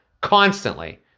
constantly